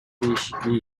değişikliği